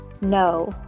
no